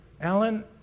Alan